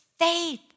faith